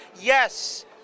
Yes